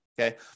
okay